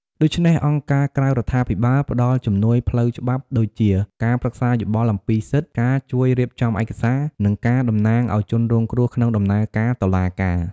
ដូច្នេះ អង្គការក្រៅរដ្ឋាភិបាលផ្ដល់ជំនួយផ្លូវច្បាប់ដូចជា ការប្រឹក្សាយោបល់អំពីសិទ្ធិ ការជួយរៀបចំឯកសារ និងការតំណាងឲ្យជនរងគ្រោះក្នុងដំណើរការតុលាការ។